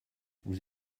vous